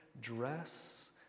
dress